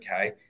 okay